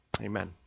amen